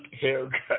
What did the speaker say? haircut